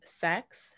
sex